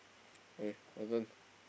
okay your turn